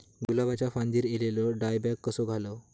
गुलाबाच्या फांदिर एलेलो डायबॅक कसो घालवं?